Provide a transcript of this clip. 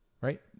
Right